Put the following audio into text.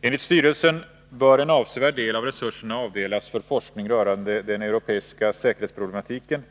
Enligt styrelsen bör en avsevärd del av resurserna avdelas för forskning rörande den europeiska säkerhetsproblematiken